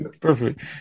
perfect